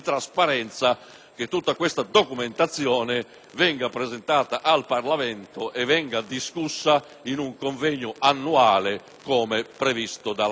che tutta questa documentazione venga presentata al Parlamento e venga discussa in un convegno annuale, come previsto dalla norma.